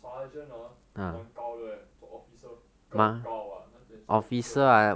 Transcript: sergeant ah 蛮高的 leh 做 officer 更高 ah 那些做 officer